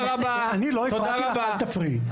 אני לא הפרעתי לך, אל תפריעי.